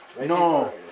No